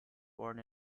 born